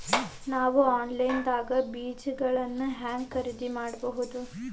ನಾವು ಆನ್ಲೈನ್ ದಾಗ ಬೇಜಗೊಳ್ನ ಹ್ಯಾಂಗ್ ಖರೇದಿ ಮಾಡಬಹುದು?